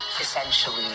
Essentially